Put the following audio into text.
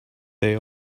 they